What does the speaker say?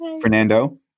Fernando